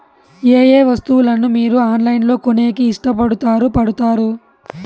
ఏయే వస్తువులను మీరు ఆన్లైన్ లో కొనేకి ఇష్టపడుతారు పడుతారు?